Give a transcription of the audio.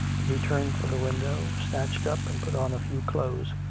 that he turned from the window, snatched up and put on a few clothes,